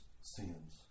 sins